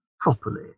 properly